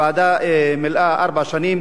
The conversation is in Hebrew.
הוועדה מילאה ארבע שנים,